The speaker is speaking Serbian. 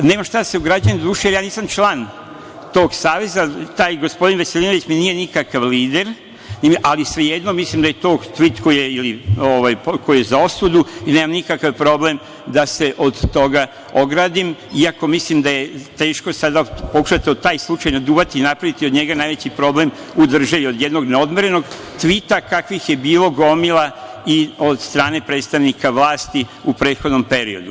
Doduše, nemam šta da se ograđujem jer ja nisam član tog saveza i taj gospodin Veselinović mi nije nikakav lider, ali svejedno, mislim da je to tvit koji je za osudu i nemam nikakav problem da se od toga ogradim, iako mislim da je teško sada pokušati taj slučaj naduvati i napraviti od njega najveći problem u državi, od jednog neodmerenog tvita, kakvih je bila gomila i od strane predstavnika vlasti u prethodnom periodu.